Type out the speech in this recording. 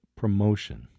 promotion